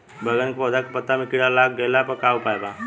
बैगन के पौधा के पत्ता मे कीड़ा लाग गैला पर का उपाय बा?